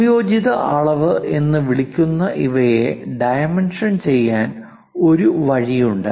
സംയോജിത അളവ് എന്ന് വിളിക്കുന്ന ഇവയെ ഡൈമെൻഷൻ ചെയ്യാൻ ഒരു വഴിയുണ്ട്